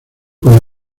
con